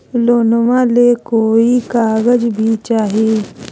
लोनमा ले कोई कागज भी चाही?